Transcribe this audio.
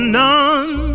none